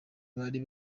bari